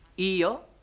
you